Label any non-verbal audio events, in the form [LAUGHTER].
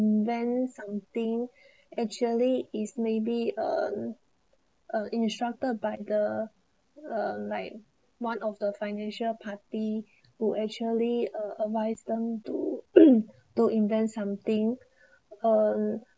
invent something actually is maybe um uh instructed by the um like one of the financial party who actually uh advise them to [COUGHS] to invent something um